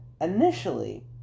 Initially